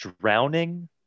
Drowning